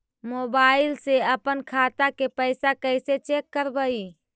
Mobile से अपन खाता के पैसा कैसे चेक करबई?